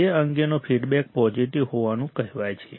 તે અંગેનો feedback positive હોવાનું કહેવાય છે